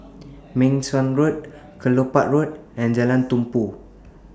Meng Suan Road Kelopak Road and Jalan Tumpu